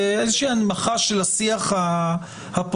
איזה הנמכה של השיח הפוליטי,